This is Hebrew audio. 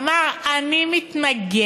הוא אמר: אני מתנגד,